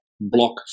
block